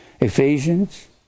Ephesians